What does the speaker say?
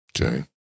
Okay